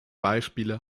beispiele